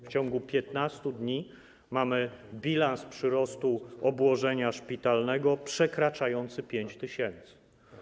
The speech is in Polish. W ciągu 15 dni mamy bilans przyrostu obłożenia szpitalnego przekraczający 5 tys.